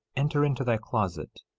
enter into thy closet,